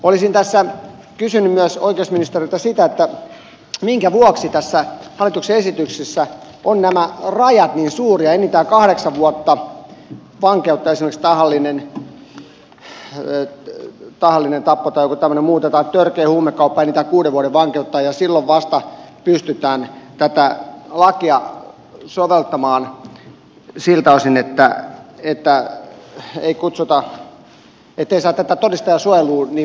olisin tässä kysynyt myös oikeusministeriltä sitä minkä vuoksi tässä hallituksen esityksessä ovat nämä rajat niin suuria enintään kahdeksan vuotta vankeutta esimerkiksi tahallinen tappo tai joku tämmöinen muu tai törkeä huumekauppa enintään kuusi vuotta vankeutta ja silloin vasta pystytään tätä lakia soveltamaan siltä osin niin ettei saa tätä todistajansuojelua niin voimakkaasti päälle